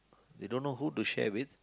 they don't know who to share with